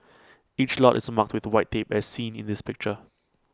each lot is marked with white tape as seen in this picture